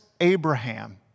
Abraham